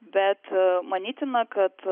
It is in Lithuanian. bet manytina kad